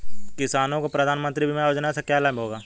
किसानों को प्रधानमंत्री बीमा योजना से क्या लाभ होगा?